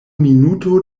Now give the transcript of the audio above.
minuto